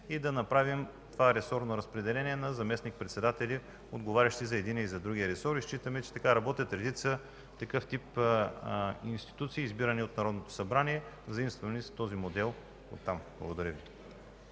за предложението и ресорното разпределение на заместник-председателите, отговарящи за единия и другия ресор. Считаме, че така работят редица такъв тип институции, избирани от Народното събрание. Взаимствали сме този модел от там. Благодаря Ви.